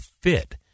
fit